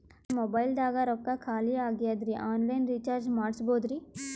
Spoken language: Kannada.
ನನ್ನ ಮೊಬೈಲದಾಗ ರೊಕ್ಕ ಖಾಲಿ ಆಗ್ಯದ್ರಿ ಆನ್ ಲೈನ್ ರೀಚಾರ್ಜ್ ಮಾಡಸ್ಬೋದ್ರಿ?